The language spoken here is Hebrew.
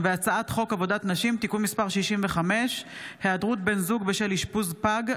הצעת חוק עבודת נשים (תיקון מס' 65) (היעדרות בן זוג בשל אשפוז פג),